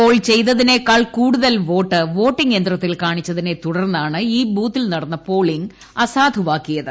Paul ചെയ്തതിനേക്കാൾ കൂടുതൽ vote voting യന്ത്രത്തിൽ കാണിച്ചതിനെ തുടർന്നാണ് ഈ ബൂത്തിൽ നടന്ന പോളിംഗ് അസാധുവാക്കിയത്